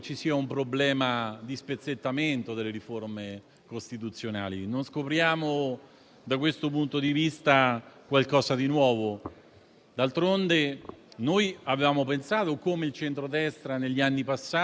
presentavano una serie di possibili cambiamenti in vari ambiti della Costituzione. Oggi, pensando alla riforma più recente, quella del 2016, non